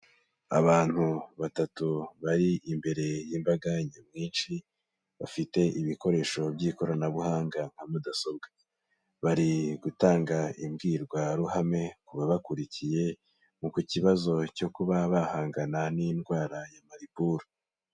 Abantu batatu bari imbere y'imbaga nyamwinshi bafite ibikoresho by'ikoranabuhanga nka mudasobwa, bari gutanga imbwirwaruhame ku babakurikiye mu ku kibazo cyo kuba bahangana n'indwara ya Mariburu.